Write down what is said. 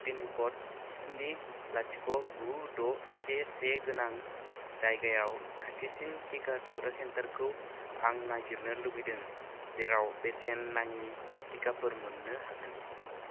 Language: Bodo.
पिन क'ड स्नि लाथिख' गु द' से से गोनां जायगायाव खाथिसिन टिका थुग्रा सेन्टारखौ आं नागिरनो लुबैदों जेराव बेसेन नाङि टिकाफोर मोन्नो हागोन